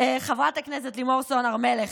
חברת הכנסת לימור סון הר מלך,